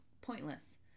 pointless